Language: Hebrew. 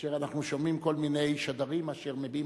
כאשר אנחנו שומעים כל מיני שדרים אשר מביעים